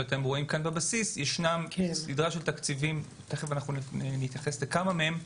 שרואים בבסיס ישנם סדרה של תקציבים שתכף נתייחס לכמה מהם,